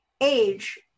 age